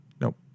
Nope